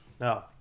No